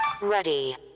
Ready